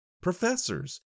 professors